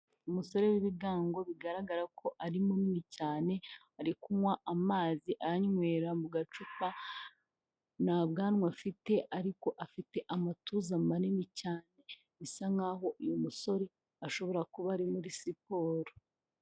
Umusore w'ibigango bigaragara ko ari munini cyane, ari kunywa amazi ayanywera mu gacupa, nta bwanwa afite ariko afite amatuza manini cyane, bisa nk'aho uyu musore ashobora kuba ari muri siporo.